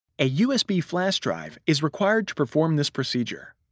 a usb flash drive is required to perform this procedure.